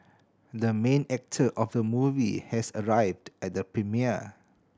the main actor of the movie has arrived at the premiere